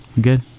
good